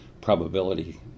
probability